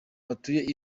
batuye